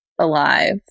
alive